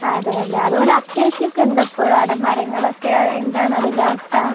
അതെ അല്ലേ അതുപോലെ അക്കേഷ്യ ഒക്കെ ഉണ്ടോ ഇപ്പോഴും അവിടെ മരങ്ങളൊക്കെ എന്താണതിന്റെ അവസ്ഥ